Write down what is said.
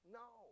no